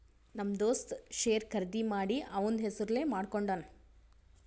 ನಮ್ ದೋಸ್ತ ಶೇರ್ ಖರ್ದಿ ಮಾಡಿ ಅವಂದ್ ಹೆಸುರ್ಲೇ ಮಾಡ್ಕೊಂಡುನ್